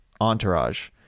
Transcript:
entourage